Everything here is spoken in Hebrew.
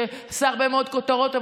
שעושה הרבה מאוד כותרות,